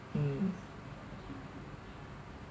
mm